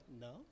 No